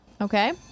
Okay